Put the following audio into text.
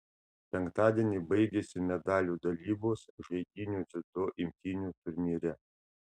penktadienį baigėsi medalių dalybos žaidynių dziudo imtynių turnyre